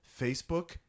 Facebook